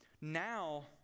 now